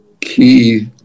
key